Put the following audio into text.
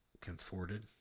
Comforted